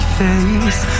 face